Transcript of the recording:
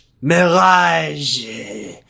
Mirage